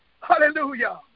Hallelujah